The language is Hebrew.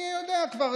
אני יודע כבר,